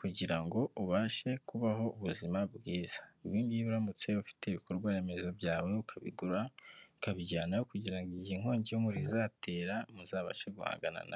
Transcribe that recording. kugira ngo ubashe kubaho ubuzima bwiza. Ibi ngibi uramutse ufite ibikorwa remezo byawe ukabigura ukabijyanayo kugira ngo inkongi y'umuriro nitera uzabashe guhangana nayo.